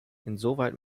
insoweit